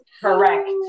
correct